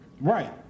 Right